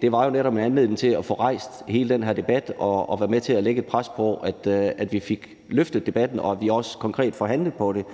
borgerforslaget netop var en anledning til at få rejst hele den her debat og være med til at lægge et pres, så vi fik taget debatten og også konkret får handlet på det.